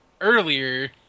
earlier